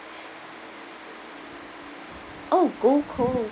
oh gold coast